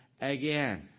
again